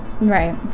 Right